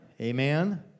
Amen